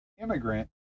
immigrant